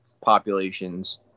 populations